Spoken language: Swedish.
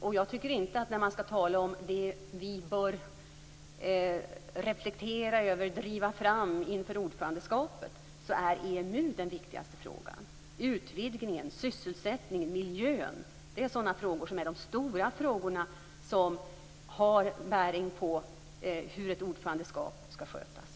Och när man skall tala om det som vi bör reflektera över och driva fram inför ordförandeskapet tycker jag inte att EMU är den viktigaste frågan. Utvidgningen, sysselsättningen och miljön är de stora frågorna som har bäring på hur ett ordförandeskap skall skötas.